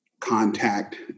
contact